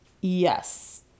yes